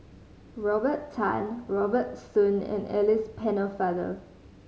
Robert Tan Robert Soon and Alice Pennefather